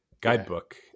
guidebook